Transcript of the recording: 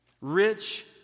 rich